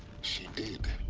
she did